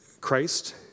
Christ